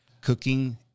cooking